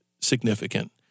significant